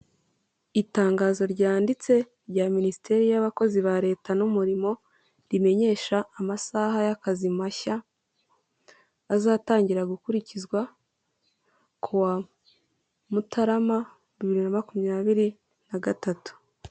Itangazo ryanditse rya minisiteri y'abakozi ba leta n'umurimo rimenyesha amasaha y'akazi mashya, azatangira gukurikizwa kuwa mutarama, bibiri na makumyabiri na gatatu.